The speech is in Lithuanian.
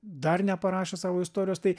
dar neparašė savo istorijos tai